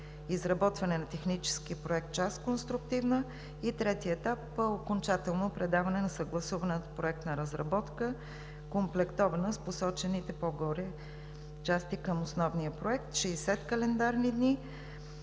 изработване на технически проект – част „Конструктивна“. И третият етап – окончателно предаване на съгласуваната проектна разработка, комплектована с посочените по-горе части към основния проект. 60 календарни дни,